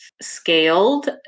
scaled